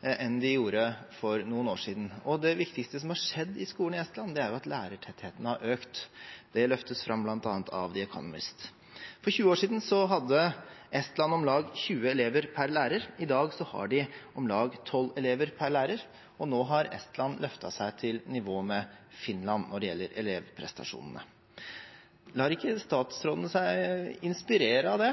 enn de gjorde for noen år siden. Det viktigste som har skjedd i skolen i Estland, er at lærertettheten har økt. Det løftes fram, bl.a. av The Economist. For 20 år siden hadde Estland om lag 20 elever per lærer. I dag har de om lag tolv elever per lærer, og nå har Estland løftet seg og er på nivå med Finland når det gjelder elevprestasjonene. Lar ikke statsråden seg inspirere av det,